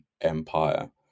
empire